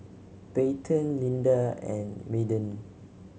Payten Linda and Madden